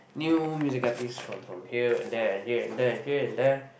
new music artist from from here and there and here and there and here and there